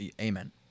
Amen